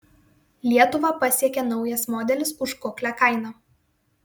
lietuvą pasiekė naujas modelis už kuklią kainą